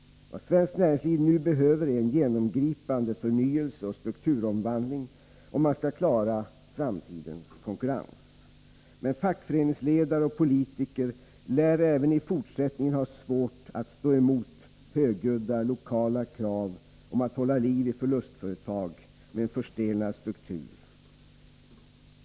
Vad svenskt näringsliv nu behöver är en genomgripande förnyelse och strukturomvandling, om man skall klara framtidens konkurrens. Men fackföreningsledare och politiker lär även i fortsättningen ha svårt att stå emot högljudda lokala krav om att hålla liv i förlustföretag med en förstelnad struktur.